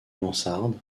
mansarde